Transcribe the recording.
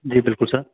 जी बिल्कुल सर